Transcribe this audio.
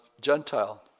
Gentile